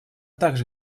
также